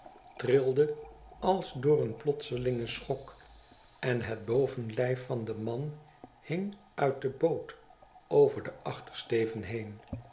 trilde als opdsnummk door een plotselingen schok en het bovenlijf van den man hing uit de boot over den achtersteven heen